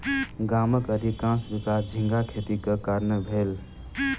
गामक अधिकाँश विकास झींगा खेतीक कारणेँ भेल